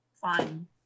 Fine